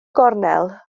gornel